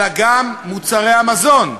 אלא גם מוצרי המזון,